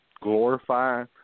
glorify